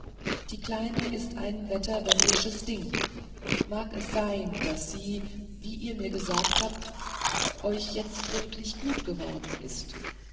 die kleine ist ein wetterwendisches ding mag es sein daß sie wie ihr mir gesagt habt euch jetzt wirklich gut geworden ist